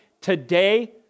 today